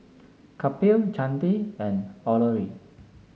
Kapil Chandi and Alluri